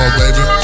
baby